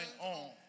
on